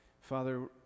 Father